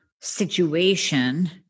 situation